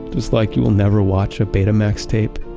just like you will never watch a betamax tape.